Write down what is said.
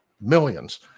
millions